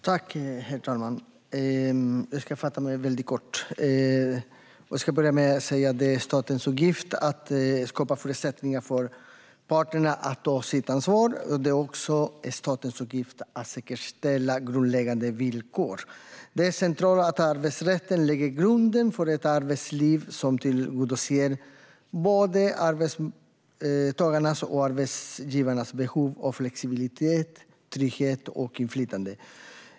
Herr talman! Jag ska fatta mig väldigt kort. Till att börja med vill jag säga att det är statens uppgift att skapa förutsättningar för parterna att ta sitt ansvar. Det är också statens uppgift att säkerställa grundläggande villkor. Det är centralt att arbetsrätten lägger grunden för ett arbetsliv som tillgodoser både arbetstagarnas och arbetsgivarnas behov av flexibilitet, trygghet och inflytande.